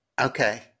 Okay